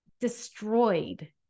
destroyed